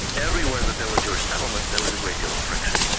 everywhere that there were jewish settlements there was a great deal of friction,